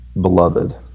beloved